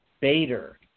Bader